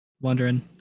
wondering